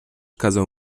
kazał